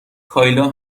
کایلا